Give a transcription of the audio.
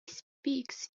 speaks